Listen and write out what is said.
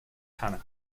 kana